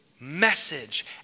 message